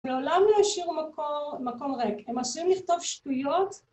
לעולם לא השאירו מקום ריק, הם מרשים לכתוב שטויות